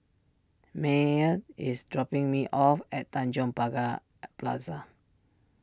Maye is dropping me off at Tanjong Pagar Plaza